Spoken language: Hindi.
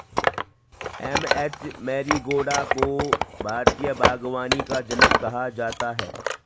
एम.एच मैरिगोडा को भारतीय बागवानी का जनक कहा जाता है